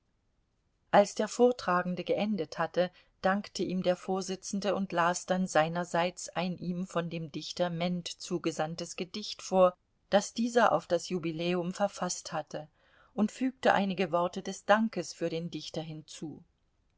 als der vortragende geendet hatte dankte ihm der vorsitzende und las dann seinerseits ein ihm von dem dichter ment zugesandtes gedicht vor das dieser auf das jubiläum verfaßt hatte und fügte einige worte des dankes für den dichter hinzu